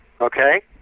Okay